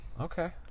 Okay